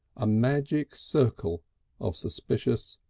a magic circle of suspicious,